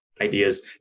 ideas